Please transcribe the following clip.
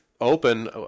Open